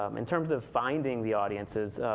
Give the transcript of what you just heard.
um in terms of finding the audiences,